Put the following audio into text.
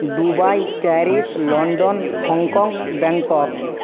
Dubai Paris London Hong Kong Bangkok